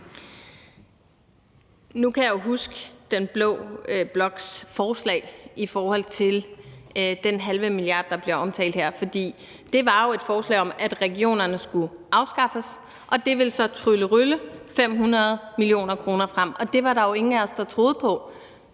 Nu kan jeg huske den blå bloks forslag i forhold til den halve milliard, der bliver omtalt her. Det var jo et forslag om, at regionerne skulle afskaffes, og det ville så tryllerylle 500 mio. kr. frem, og det var der jo ingen af os der troede på.